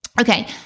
Okay